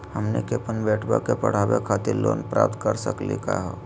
हमनी के अपन बेटवा क पढावे खातिर लोन प्राप्त कर सकली का हो?